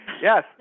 yes